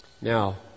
Now